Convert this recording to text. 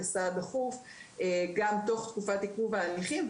גם תוך תקופת עיכוב ההליכים.